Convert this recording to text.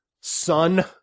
son